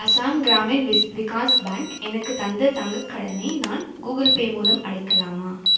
Assam Gramin Vikash bank எனக்குத் தந்த தங்கக் கடனை நான் கூகிள் பே மூலம் அடைக்கலாமா